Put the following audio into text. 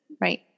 Right